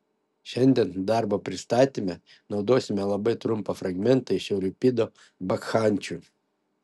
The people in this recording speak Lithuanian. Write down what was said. šiandien darbo pristatyme naudosime labai trumpą fragmentą iš euripido bakchančių